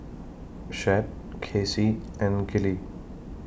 Chet Kacie and Gillie